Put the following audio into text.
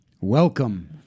Welcome